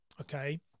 Okay